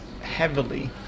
heavily